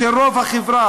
של רוב החברה.